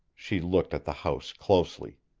she looked at the house closely.